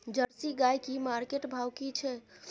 Jersey गाय की market भाव की छै?